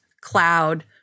cloud